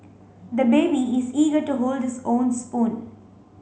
the baby is eager to hold his own spoon